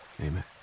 Amen